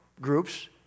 groups